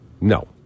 No